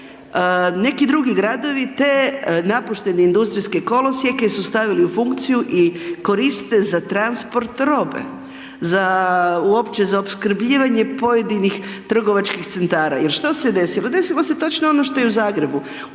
neki drugi gradovi te napuštene industrijske kolosijeke su stavili u funkciju i koriste za transport robe, za uopće za opskrbljivanje pojedinih trgovačkih centara. Jer što se desilo? Desilo se točno ono što i u Zagrebu,